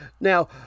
Now